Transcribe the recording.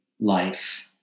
life